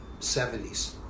70s